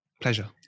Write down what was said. Pleasure